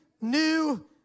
new